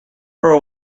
pearl